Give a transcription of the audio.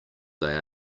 they